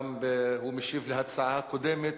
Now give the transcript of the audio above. והוא גם משיב על הצעה קודמת,